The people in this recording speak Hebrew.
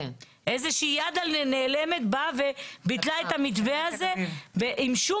איזו שהיא יד נעלמה באה וביטלה את המתווה הזה בלי שום